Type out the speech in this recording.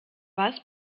was